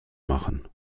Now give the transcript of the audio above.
machen